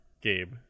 Gabe